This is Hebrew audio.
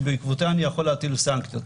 שבעקבותיה אני יכול להטיל סנקציות.